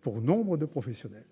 pour nombre de professionnels.